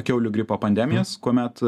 kiaulių gripo pandemijos kuomet